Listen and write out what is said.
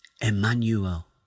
Emmanuel